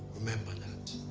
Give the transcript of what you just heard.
remember that.